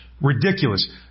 ridiculous